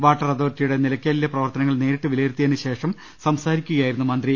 water അതോറിറ്റിയുടെ നിലയ്ക്കലിലെ പ്രവർത്തനങ്ങൾ നേരിട്ട് വിലയിരുത്തിയതിന് ശേഷം സംസാരിക്കു കയായിരുന്നു മന്ത്രി